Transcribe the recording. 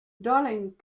darling